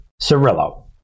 Cirillo